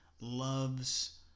loves